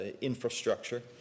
infrastructure